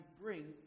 bring